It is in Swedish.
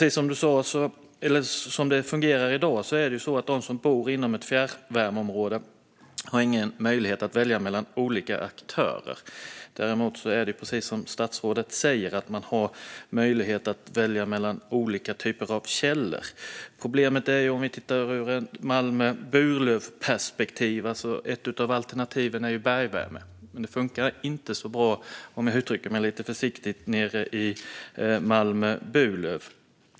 I dag fungerar det så att de som bor inom ett fjärrvärmeområde inte har möjlighet att välja mellan olika aktörer. Däremot har man, precis som statsrådet säger, möjlighet att välja mellan olika typer av källor. Ett av alternativen är bergvärme, men det fungerar - om jag uttrycker mig lite försiktigt - inte så bra nere i Malmö och Burlöv.